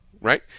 right